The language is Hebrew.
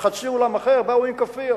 וחצי אולם אחר באו עם כאפיות,